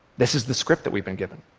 this is the script that we've been given.